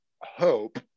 hope